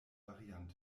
varianten